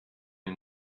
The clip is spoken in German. mir